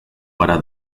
para